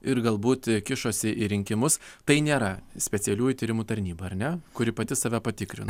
ir galbūt kišosi į rinkimus tai nėra specialiųjų tyrimų tarnyba ar ne kuri pati save patikrino